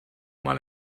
mal